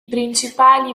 principali